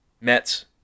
Mets